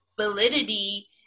validity